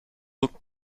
looked